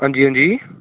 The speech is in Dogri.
अंजी अंजी